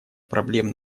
проблем